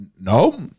No